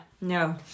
no